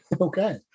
Okay